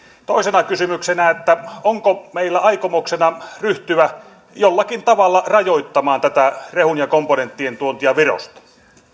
toisena kysymyksenä onko meillä aikomuksena ryhtyä jollakin tavalla rajoittamaan tätä rehun ja komponenttien tuontia virosta